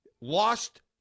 lost